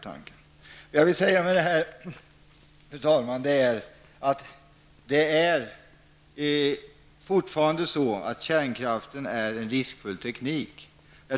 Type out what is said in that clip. Vad jag vill säga med det här, fru talman, är att det fortfarande är så att kärnkraften är en riskfylld teknik.